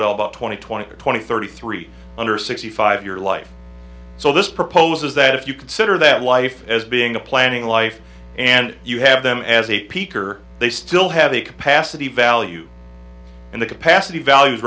to about twenty twenty or twenty thirty three under sixty five your life so this proposes that if you consider that life as being a planning life and you have them as a peak or they still have a capacity value and the capacity value